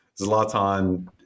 zlatan